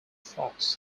fox